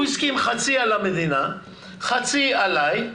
הוא הסכים שחצי יהיה על המדינה, חצי עלי,